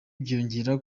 byiyongera